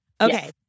okay